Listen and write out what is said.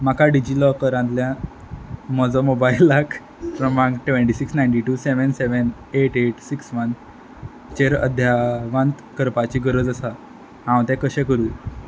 म्हाका डिजिलॉकरांतल्यान म्हजो मोबाय लाक क्रमांक ट्वँटी six ninety two seven seven eight eight six one चेर अध्यावांत करपाची गरज आसा हांव तें कशें करूं